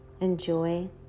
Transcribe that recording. enjoy